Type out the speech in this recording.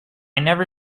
never